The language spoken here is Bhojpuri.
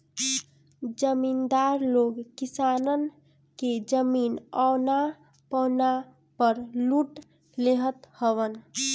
जमीदार लोग किसानन के जमीन औना पौना पअ लूट लेत हवन